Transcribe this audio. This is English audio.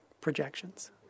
projections